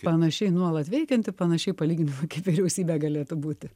panašiai nuolat veikianti panašiai palyginimui kaip vyriausybė galėtų būti